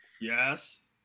Yes